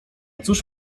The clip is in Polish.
cóż